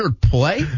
play